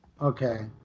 Okay